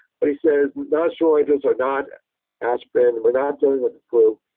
but he says, nonsteroidals are not aspirin, we're not dealing with the flu,